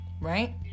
Right